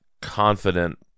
confident